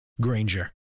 Granger